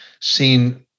seen